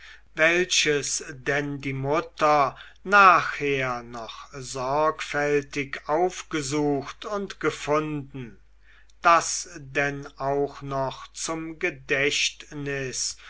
welches denn die mutter nachher noch sorgfältig aufgesucht und gefunden das denn auch noch zum gedächtnis